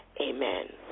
Amen